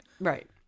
Right